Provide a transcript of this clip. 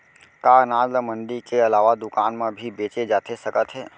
का अनाज ल मंडी के अलावा दुकान म भी बेचे जाथे सकत हे?